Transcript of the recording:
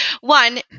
one